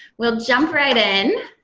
we'll jump right in.